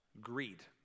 Greed